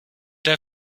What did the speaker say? der